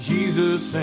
Jesus